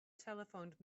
telephoned